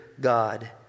God